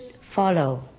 follow